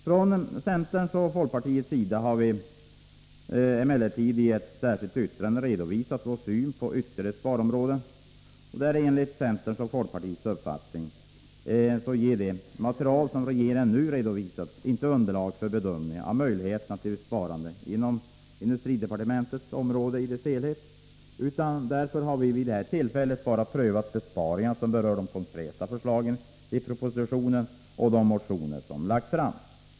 Från centerns och folkpartiets sida har vi emellertid i ett särskilt yttrande redovisat vår syn på ytterligare sparområden. Enligt vår mening ger det material som regeringen nu redovisat inte underlag för bedömning av möjligheterna till besparingar inom industridepartementets område i dess helhet. Därför har vi vid detta tillfälle bara prövat de besparingar som berör de konkreta förslagen i propositionen och de motioner som lagts fram.